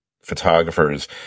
photographers